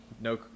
no